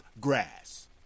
grass